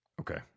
Okay